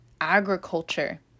agriculture